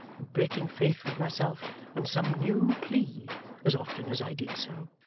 and breaking faith with myself on some new plea as often as i did so.